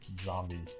zombie